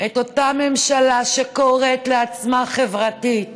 את אותה ממשלה שקוראת לעצמה חברתית,